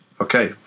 Okay